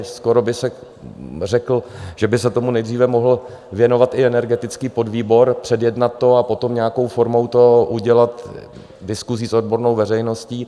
Skoro bych řekl, že by se tomu nejdříve mohl věnovat i energetický podvýbor, předjednat to a potom nějakou formou udělat diskusi s odbornou veřejností.